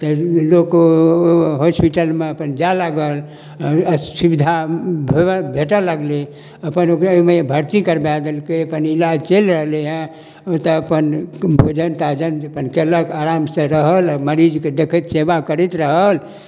तैं लोको हॉस्पिटलमे अपन जाइ लागल सुविधा भे भेटऽ लगलै अपन ओकरा ओइमे भर्ती करबै देलकै अपन इलाज चलि रहलैहँ ओ तऽ अपन भोजन ताजन अपन कयलक आरामसँ रहल मरीजके दखैत सेवा करैत रहल